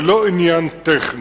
זה לא עניין טכני.